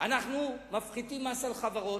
אנחנו מפחיתים מס על חברות,